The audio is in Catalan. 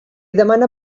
demana